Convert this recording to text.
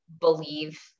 believe